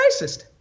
racist